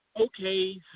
okay